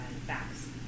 facts